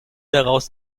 daraus